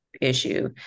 issue